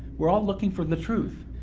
we're all looking for the truth,